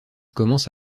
commence